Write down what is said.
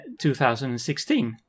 2016